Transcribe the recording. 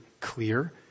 clear